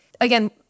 Again